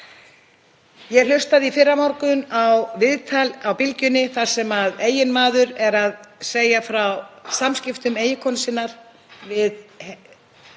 Ég hlustaði í fyrramorgun á viðtal á Bylgjunni þar sem eiginmaður var að segja frá samskiptum eiginkonu sinnar við heilsugæsluna.